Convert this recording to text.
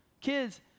Kids